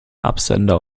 absender